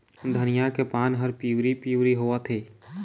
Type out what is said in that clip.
धनिया के पान हर पिवरी पीवरी होवथे?